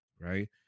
Right